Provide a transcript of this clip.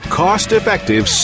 cost-effective